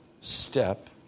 step